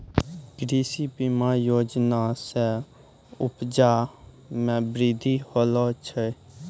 कृषि बीमा योजना से उपजा मे बृद्धि होलो छै